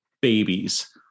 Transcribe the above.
babies